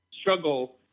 struggle